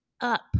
up